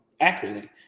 accurately